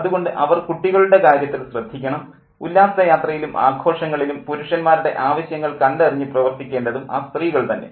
അതുകൊണ്ട് അവർ കുട്ടികളുടെ കാര്യങ്ങൾ ശ്രദ്ധിക്കണം ഉല്ലാസ യാത്രയിലും ആഘോഷങ്ങളിലും പുരുഷന്മാരുടെ ആവശ്യങ്ങൾ കണ്ടറിഞ്ഞു പ്രവർത്തിക്കേണ്ടതും ആ സ്ത്രീകൾ തന്നെ